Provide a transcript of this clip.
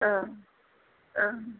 ओं ओं